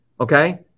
Okay